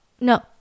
no